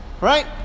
right